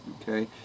okay